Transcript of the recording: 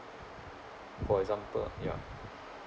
for example ya